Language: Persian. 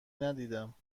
ندیدم